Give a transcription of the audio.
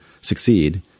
succeed